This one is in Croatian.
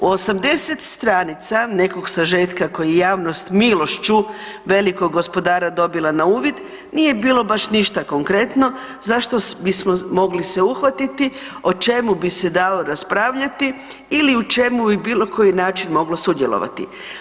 U 80 stranica nekog sažetka koji je javnost milošću velikog gospodara dobila na uvod nije bilo baš ništa konkretno za što bismo mogli se uhvatiti, o čemu bi se dalo raspravljati ili u čemu na bilo koji način moglo sudjelovati.